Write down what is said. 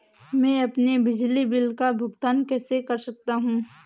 मैं अपने बिजली बिल का भुगतान कैसे कर सकता हूँ?